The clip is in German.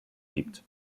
gibt